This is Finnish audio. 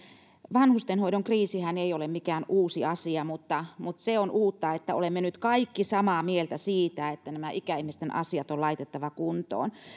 vanhustenhoidon kriisihän ei ole mikään uusi asia mutta mutta se on uutta että olemme nyt kaikki samaa mieltä siitä että ikäihmisten asiat on laitettava kuntoon